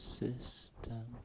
system